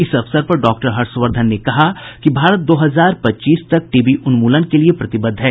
इस अवसर पर डॉक्टर हर्षवर्धन ने कहा कि भारत दो हजार पच्चीस तक टीबी उन्मूलन के लिए प्रतिबद्ध है